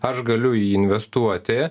aš galiu įinvestuoti